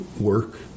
work